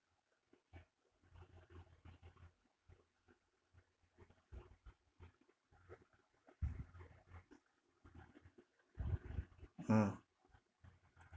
mm